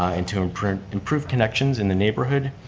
and to improve improve connections in the neighborhood,